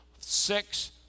Six